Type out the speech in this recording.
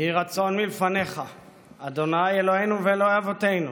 "יהי רצון מלפניך ה' אלוהינו ואלוהי אבותינו